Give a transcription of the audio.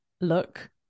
look